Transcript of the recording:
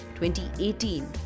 2018